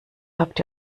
habt